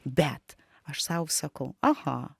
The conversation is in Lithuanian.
bet aš sau sakau aha